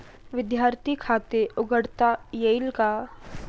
विद्यार्थी खाते उघडता येईल का?